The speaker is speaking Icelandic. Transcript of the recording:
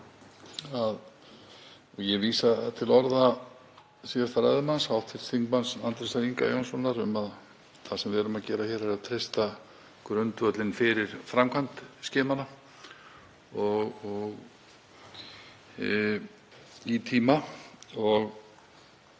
Ég vísa til orða síðasta ræðumanns, hv. þm. Andrésar Inga Jónssonar, um að það sem við erum að gera hér er að treysta grundvöllinn fyrir framkvæmd skimana í tíma. Ég